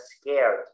scared